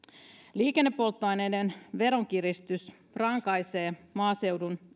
liikennepolttoaineiden veronkiristys rankaisee maaseudun